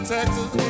Texas